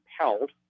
compelled